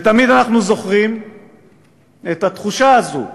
ותמיד אנחנו זוכרים את התחושה הזאת,